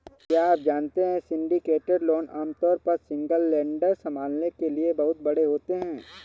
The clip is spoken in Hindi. क्या आप जानते है सिंडिकेटेड लोन आमतौर पर सिंगल लेंडर संभालने के लिए बहुत बड़े होते हैं?